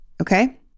Okay